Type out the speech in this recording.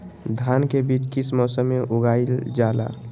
धान के बीज किस मौसम में उगाईल जाला?